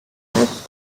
meist